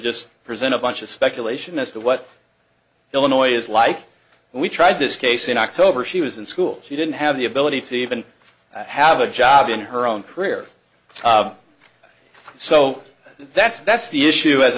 just present a bunch of speculation as to what illinois is like we tried this case in october she was in school she didn't have the ability to even have a job in her own career so that's that's the issue as